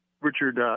Richard